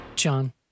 John